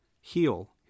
heal